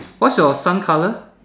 what's your sun color